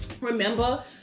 Remember